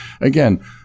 again